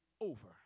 over